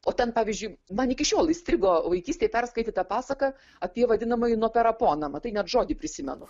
o ten pavyzdžiui man iki šiol įstrigo vaikystėj perskaityta pasaka apie vadinamąjį noperaponą matai net žodį prisimenu